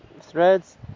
threads